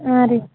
ಹಾಂ ರೀ